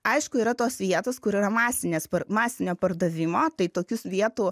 aišku yra tos vietos kur yra masinės masinio pardavimo tai tokius vietų